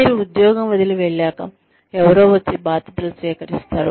మీరు ఉద్యోగం వదిలి వెళ్ళాక ఎవరో వచ్చి బాధ్యతలు స్వీకరిస్తారు